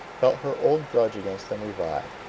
felt her old grudge against them revive,